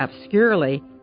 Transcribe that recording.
obscurely